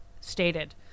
stated